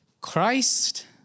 Christ